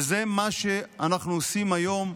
וזה מה שאנחנו עושים היום,